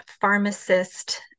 pharmacist